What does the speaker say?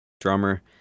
drummer